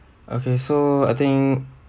okay so I think